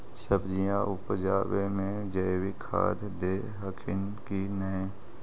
सब्जिया उपजाबे मे जैवीक खाद दे हखिन की नैय?